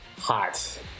hot